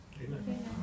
Amen